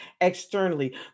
externally